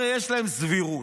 הרי יש להם סבירות